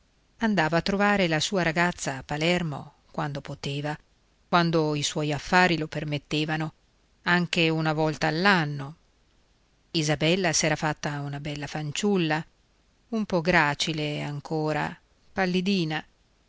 andava a trovare la sua ragazza a palermo quando poteva quando i suoi affari lo permettevano anche una volta all'anno isabella s'era fatta una bella fanciulla un po gracile ancora pallidina